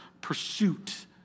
pursuit